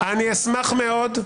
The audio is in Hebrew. שמעת אותי?